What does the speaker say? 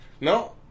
No